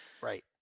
right